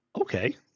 Okay